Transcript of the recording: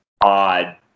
odd